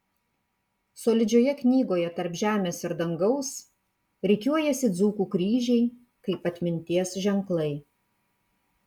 solidžioje knygoje tarp žemės ir dangaus rikiuojasi dzūkų kryžiai kaip atminties ženklai